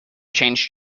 changed